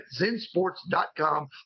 zensports.com